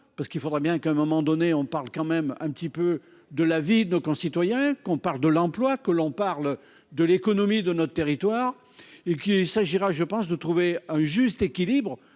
parce qu'il faudra bien qu'un moment donné on parle quand même un petit peu de la vie de nos concitoyens, qu'on parle de l'emploi que l'on parle de l'économie de notre territoire et qu'il s'agira, je pense, de trouver un juste équilibre.